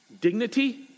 dignity